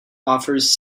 offers